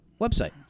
website